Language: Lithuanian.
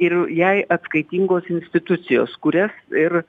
ir jai atskaitingos institucijos kurias ir